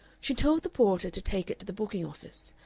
she told the porter to take it to the booking-office,